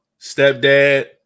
stepdad